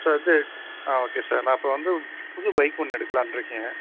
sir இது ஆ okay sir நான் இப்போ வந்து புது பைக் ஒன்று எடுக்கலாம்ன்னு இருக்கேன்